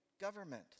government